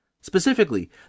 Specifically